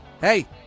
Hey